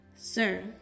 Sir